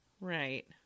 Right